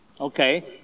okay